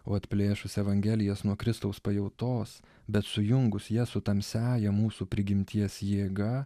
o atplėšus evangelijas nuo kristaus pajautos bet sujungus jas su tamsiąja mūsų prigimties jėga